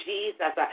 Jesus